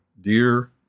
dear